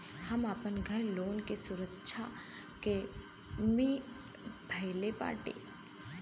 हम आपन घर लोन के सुरक्षा मे धईले बाटी